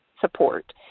Support